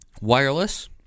wireless